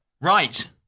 Right